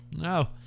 No